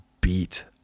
beat